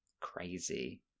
Crazy